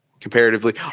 comparatively